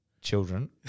children